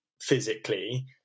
physically